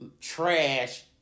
Trash